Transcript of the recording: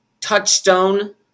Touchstone